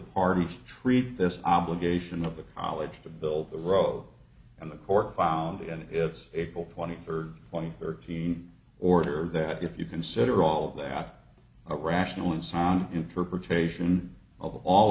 parties treat this obligation of the college to build the row and the court found in its april twenty third one thirteen order that if you consider all of that a rational unsound interpretation of all